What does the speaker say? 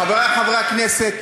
חברי חברי הכנסת,